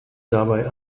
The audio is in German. dabei